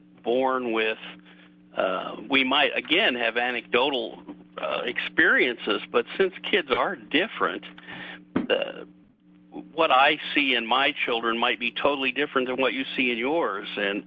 born with we might again have anecdotal experiences but since kids are different what i see in my children might be totally different than what you see in yours and